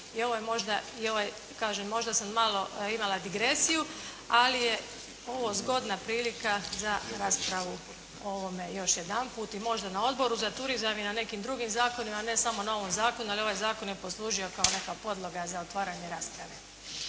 I ovo je možda, kažem možda sam malo imala digresiju ali je ovo zgodna prilika za raspravu o ovome još jedanput, i možda na Odboru za turizam i na nekim drugim zakonima a ne samo na ovom zakonu. Ali ovaj zakon je poslužio kao neka podloga za otvaranje rasprave.